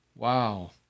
Wow